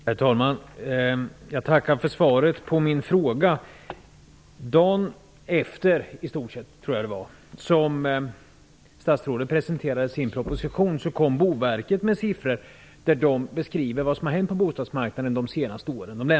Herr talman! Jag tackar för svaret på min fråga. Dagen efter det att statsrådet presenterade sin proposition lade Boverket i en rapport till regeringen fram siffror som beskriver vad som har hänt på bostadsmarknaden under de senaste åren.